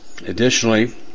Additionally